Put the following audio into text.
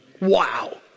Wow